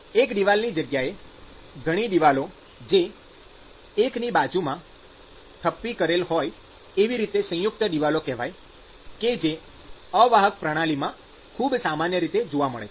એક દિવાલની જગ્યાએ ઘણી દિવાલો જે એકબીજાની બાજુમાં થપ્પી કરેલ હોય એવી ગોઠવણી સંયુક્ત દિવાલ કહેવાય કે જે અવાહક પ્રણાલીમાં ખૂબ સામાન્ય રીતે જોવા મળે છે